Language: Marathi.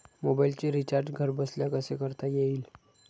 मोबाइलचे रिचार्ज घरबसल्या कसे करता येईल?